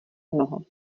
mnoho